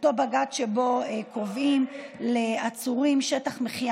אותו בג"ץ שבו קובעים לעצורים שטח מחיה